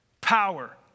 Power